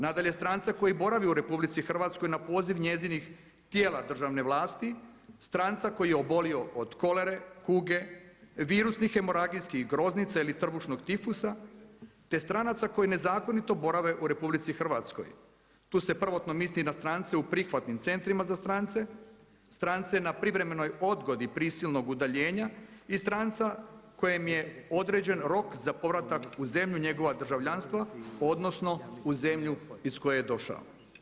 Nadalje, stranca koji boravi u RH na poziv njezinih tijela državne vlasti, stranca koji je obolio od kolere, kuge, virusnih, hemoragijskih groznica ili trbušnog tifusa, te stranaca koji nezakonito borave u RH, tu se prvotno misli na strance u prihvatnim centrima za strance, strance na privremenoj odgodi prisilnog udaljenja i stranca kojem je određen rok za povratak u zemlju njegova državljanstva, odnosno u zemlju iz koje je došao.